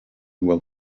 will